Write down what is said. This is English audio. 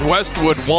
Westwood